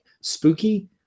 spooky